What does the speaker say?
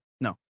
no